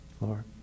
Lord